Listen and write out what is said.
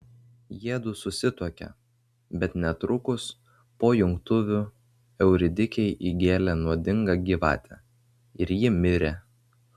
jiedu susituokė bet netrukus po jungtuvių euridikei įgėlė nuodinga gyvatė ir ji mirė